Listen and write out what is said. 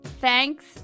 Thanks